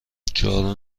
جارو